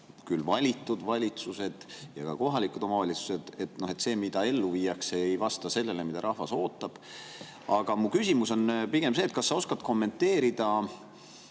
valitud valitsused ja ka kohalikud omavalitsused, see, mida ellu viiakse, ei vasta sellele, mida rahvas ootab. Aga mu küsimus on pigem see, et kas sa oskad kommenteerida.